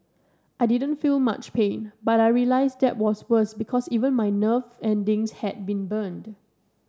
I didn't feel much pain but I realised that was worse because even my nerve endings had been burned